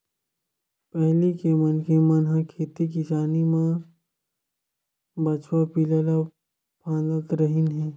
पहिली के मनखे मन ह खेती किसानी म बछवा पिला ल फाँदत रिहिन हे